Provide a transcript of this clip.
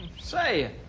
Say